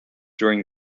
during